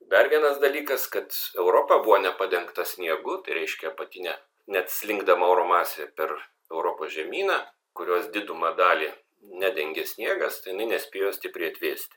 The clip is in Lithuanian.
dar vienas dalykas kad europa buvo nepadengta sniegu tai reiškia apatinė net slinkdama oro masė per europos žemyną kurios didumą dalį nedengė sniegas tai jinai nespėjo stipriai atvėsti